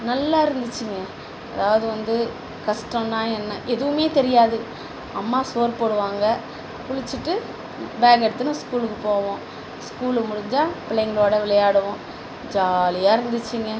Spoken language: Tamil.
நல்லா இருந்துச்சுங்க அதாவது வந்து கஷ்டம்னா என்ன எதுவுமே தெரியாது அம்மா சோறு போடுவாங்க குளிச்சுட்டு பேக்கை எடுத்துன்னு ஸ்கூலுக்கு போவோம் ஸ்கூலு முடிஞ்சால் பிள்ளைங்களோடய விளையாடுவோம் ஜாலியாக இருந்துச்சுங்க